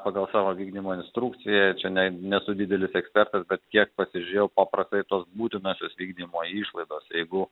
pagal savo vykdymo instrukciją čianai nesu didelis ekspertas bet kiek pasižiūrėjau paprastai tos būtinosios vykdymo išlaidos jeigu